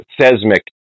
seismic